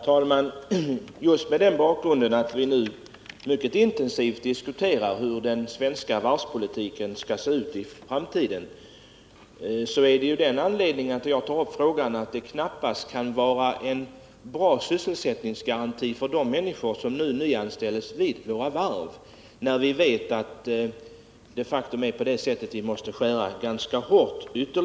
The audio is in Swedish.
Herr talman! Just mot den bakgrunden att vi nu mycket intensivt diskuterar hur den svenska varvspolitiken skall se ut i framtiden är det som jag tar upp frågan. De människor som nu nyanställs kan knappast ha någon bra sysselsättningsgaranti — när vi vet att vi ytterligare måste skära ned antalet anställda ganska hårt.